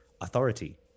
authority